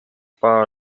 far